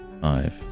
Five